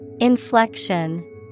Inflection